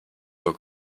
your